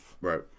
Right